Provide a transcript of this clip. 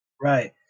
Right